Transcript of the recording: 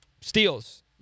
Steals